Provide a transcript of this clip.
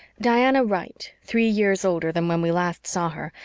diana wright, three years older than when we last saw her,